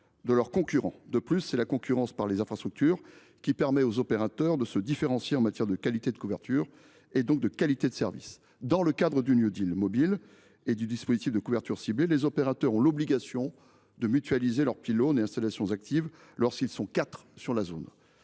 De plus, c’est la concurrence par les infrastructures qui permet aux opérateurs de se différencier en matière de qualité de couverture, et donc de qualité de service. Dans le cadre du New Deal mobile et du dispositif de couverture ciblée, les opérateurs ont l’obligation de mutualiser leurs pylônes et installations actives lorsqu’ils sont quatre sur la zone.